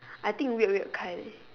I think weird weird kind leh